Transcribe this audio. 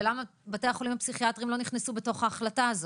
ולמה בתי החולים הפסיכיאטריים לא נכנסו בתוך ההחלטה הזאת.